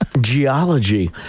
Geology